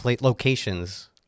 locations